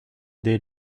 dès